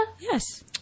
Yes